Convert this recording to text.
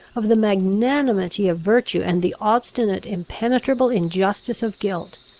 of the magnanimity of virtue, and the obstinate impenetrable injustice of guilt.